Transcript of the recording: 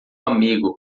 amigo